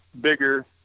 bigger –